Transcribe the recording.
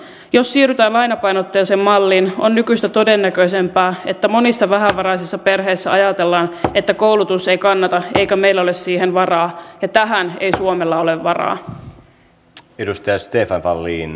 jos siirrytään lainapainotteiseen malliin on nykyistä todennäköisempää että monissa vähävaraisissa perheissä ajatellaan että koulutus ei kannata eikä meillä ole siihen varaa ja tähän ei suomella ole varaa